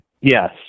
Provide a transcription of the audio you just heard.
Yes